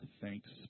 thanks